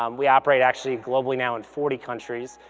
um we operate actually globally now in forty countries.